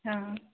हा